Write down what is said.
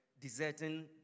deserting